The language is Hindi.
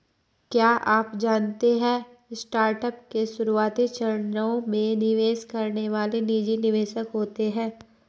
क्या आप जानते है स्टार्टअप के शुरुआती चरणों में निवेश करने वाले निजी निवेशक होते है?